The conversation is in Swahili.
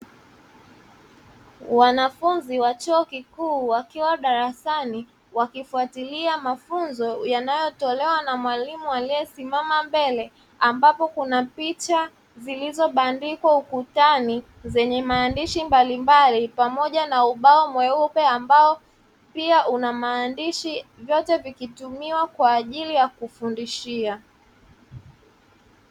Wanafunzi wa chuo kikuu wakiwa darasani wakifuatilia mafunzo yanayo tolewa na mwalimu aliye simama mbele, ambapo kuna picha zilizo bandikwa ukutani zenye maandishi mbalimbali pamoja na ubao mweupe ambao pia una maandishi vyote vikitumiwa kwaajili ya kufundishia.